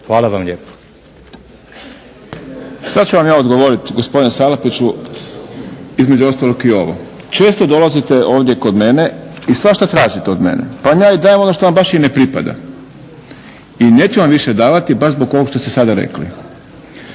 Boris (SDP)** Sad ću vam ja odgovoriti gospodine Salapiću između ostalog i ovo. Često dolazite ovdje kod mene i svašta tražite od mene, pa vam ja i dajem ono što vam baš i ne pripada. I neću vam više davati baš zbog ovog što ste sada rekli.